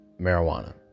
marijuana